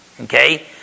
Okay